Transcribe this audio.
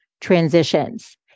transitions